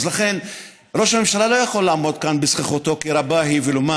אז לכן ראש הממשלה לא יכול לעמוד כאן בזחיחותו כי רבה היא ולומר: